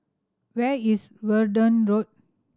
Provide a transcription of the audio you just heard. where is Verdun Road